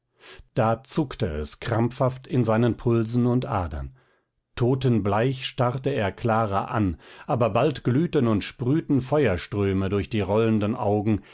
da zuckte es krampfhaft in seinen pulsen und adern totenbleich starrte er clara an aber bald glühten und sprühten feuerströme durch die rollenden augen